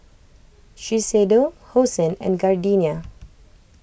Shiseido Hosen and Gardenia